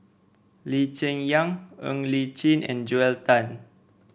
Lee Cheng Yan Ng Li Chin and Joel Tan